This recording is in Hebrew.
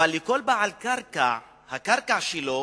אבל לכל בעל קרקע, הקרקע שלו